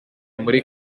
muri